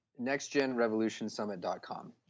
NextGenRevolutionSummit.com